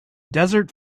desert